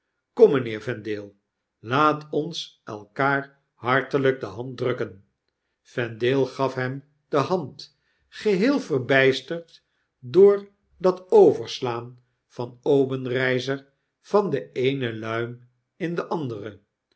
mijnheer vendale laat ons elkaar hartelijk de hand drukken vendale gaf hem de hand geheel verbijsterd door dat overslaan van obenreizer van de eene luim in de andere